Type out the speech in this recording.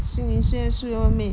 xin yi 现在睡外面